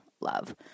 love